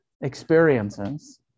experiences